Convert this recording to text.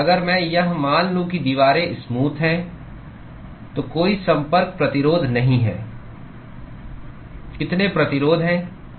अगर मैं यह मान लूं कि दीवारें स्मूथ हैं तो कोई संपर्क प्रतिरोध नहीं है कितने प्रतिरोध हैं